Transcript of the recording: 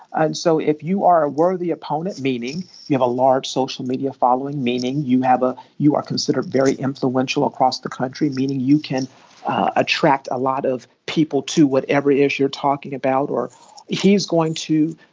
and so if you are a worthy opponent, meaning you have a large social media following, meaning you have a you are considered very influential across the country, meaning you can attract a lot of people to whatever it is you're talking about or he's going to